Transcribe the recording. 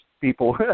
people